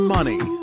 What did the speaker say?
Money